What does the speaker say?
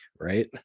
right